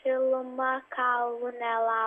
šiluma kaulų nela